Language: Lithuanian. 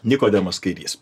nikodemas kairys